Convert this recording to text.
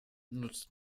nutzt